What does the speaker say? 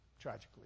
tragically